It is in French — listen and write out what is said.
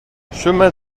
chemin